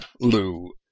Lou